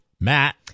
matt